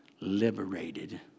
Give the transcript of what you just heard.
liberated